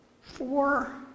Four